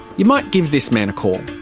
you might give this man a call.